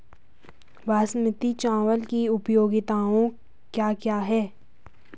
बासमती चावल की उपयोगिताओं क्या क्या हैं?